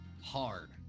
hard